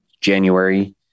January